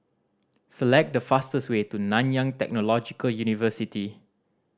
select the fastest way to Nanyang Technological University